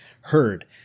heard